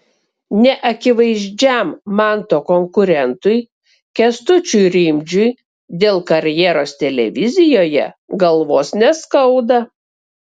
neakivaizdžiam manto konkurentui kęstučiui rimdžiui dėl karjeros televizijoje galvos neskauda